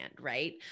right